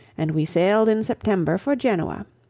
and we sailed in september for genoa.